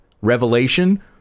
Revelation